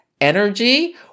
energy